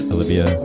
Olivia